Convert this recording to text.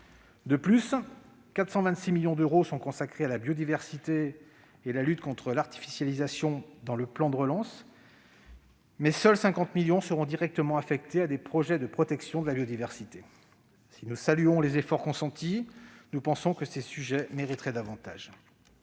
De plus, 426 millions d'euros sont consacrés à la biodiversité et à la lutte contre l'artificialisation dans le plan de relance, mais seuls 50 millions d'euros seront directement affectés à des projets de protection de la biodiversité. Si nous saluons les efforts consentis, nous pensons que ces sujets mériteraient davantage.